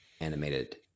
animated